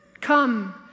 come